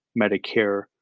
Medicare